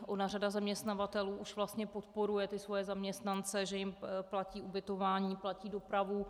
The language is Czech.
Ona řada zaměstnavatelů už vlastně podporuje své zaměstnance, že jim platí ubytování, platí dopravu.